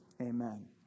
Amen